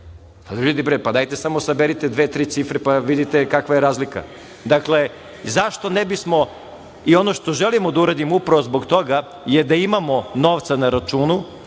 dajte samo saberite dve, tri cifre, pa vidite kakva je razlika. Dakle, zašto ne bismo i ono što želimo da uradimo upravo zbog toga je da imamo novca na računu,